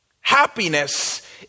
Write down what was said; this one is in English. Happiness